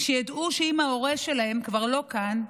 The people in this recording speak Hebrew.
שידעו שאם ההורה שלהם כבר לא כאן,